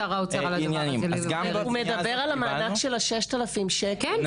הוא מדבר על המענק של ה-6,000 שקלים?